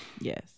Yes